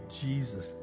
Jesus